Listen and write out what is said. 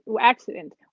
accident